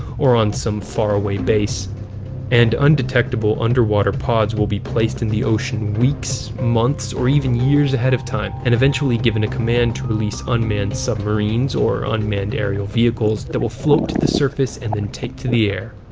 or on some faraway base and undetectable underwater pods will be placed in the ocean weeks, months, or even years ahead of time and eventually given a command to release unmanned submarines or unmanned aerial vehicles that will float to the surface and then take to the air.